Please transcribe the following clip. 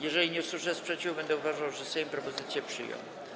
Jeżeli nie usłyszę sprzeciwu, będę uważał, że Sejm propozycję przyjął.